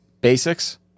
Basics